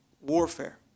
warfare